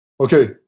okay